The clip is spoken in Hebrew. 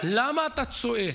למה אתה צועק?